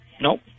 Nope